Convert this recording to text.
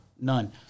None